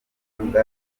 kikunda